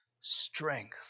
strength